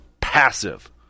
passive